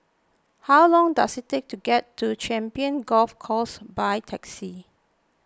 how long does it take to get to Champions Golf Course by taxi